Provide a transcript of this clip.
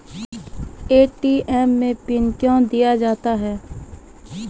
ATM मे pin कयो दिया जाता हैं?